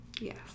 Yes